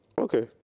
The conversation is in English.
Okay